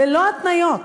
ללא התניות,